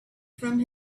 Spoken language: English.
from